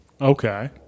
Okay